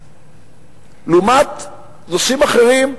לעומת נושאים אחרים.